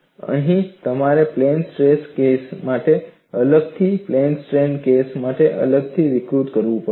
અને અહીં તમારે પ્લેન સ્ટ્રેસ કેસ માટે અલગથી અને પ્લેન સ્ટ્રેન કેસ માટે અલગથી વર્ગીકૃત કરવું પડશે